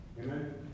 amen